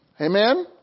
Amen